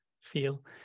feel